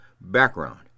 background